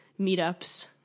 meetups